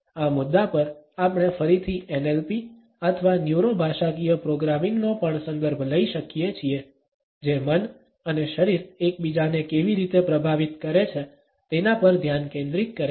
આ મુદ્દા પર આપણે ફરીથી NLP અથવા ન્યુરો ભાષાકીય પ્રોગ્રામિંગનો પણ સંદર્ભ લઈ શકીએ છીએ જે મન અને શરીર એકબીજાને કેવી રીતે પ્રભાવિત કરે છે તેના પર ધ્યાન કેન્દ્રિત કરે છે